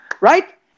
Right